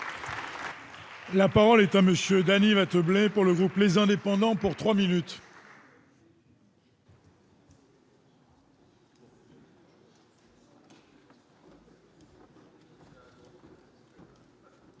La parole est à monsieur d'animateur pour le groupe, les indépendants pour 3 minutes.